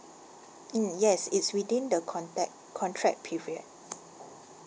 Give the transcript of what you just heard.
mm yes it's within the contact contract period